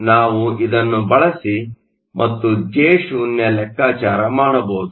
ನಾವು ಇದನ್ನು ಬಳಸಿ ಮತ್ತು J0 ಲೆಕ್ಕಾಚಾರ ಮಾಡಬಹುದು